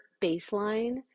baseline